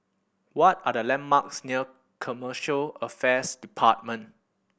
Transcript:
what are the landmarks near Commercial Affairs Department